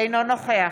אינו נוכח